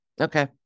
Okay